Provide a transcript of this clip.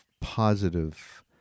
positive